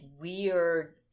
weird